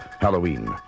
Halloween